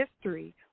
history